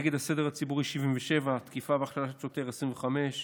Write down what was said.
נגד הסדר הציבורי, 77, תקיפה והכשלת שוטר, 25,